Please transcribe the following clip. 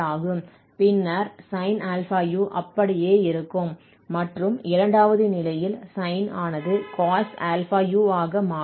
பின்னர் sin αu அப்படியே இருக்கும் மற்றும் இரண்டாவது நிலையில் சைன் ஆனது cos αu ஆக மாறும்